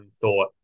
thought